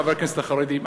חברי הכנסת החרדים,